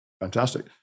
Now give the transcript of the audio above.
Fantastic